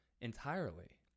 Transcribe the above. entirely